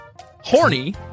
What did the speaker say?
horny